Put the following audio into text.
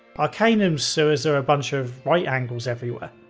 arcanum's sewers are a bunch of right angles everywhere.